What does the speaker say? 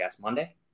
Monday